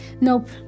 nope